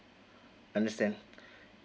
understand